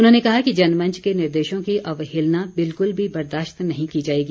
उन्होंने कहा कि जनमंच के निर्देशों की अवहेलना बिल्कुल भी बर्दाश्त नहीं की जाएगी